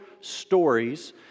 stories